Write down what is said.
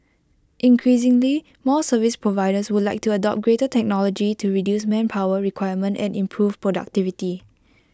increasingly more service providers would like to adopt greater technology to reduce manpower requirement and improve productivity